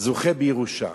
זוכה בירושה.